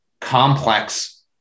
complex